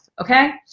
okay